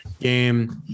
game